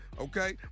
okay